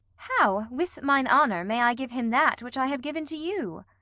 how with mine honour may i give him that which i have given to you?